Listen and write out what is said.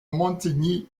montigny